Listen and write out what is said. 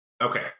Okay